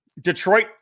Detroit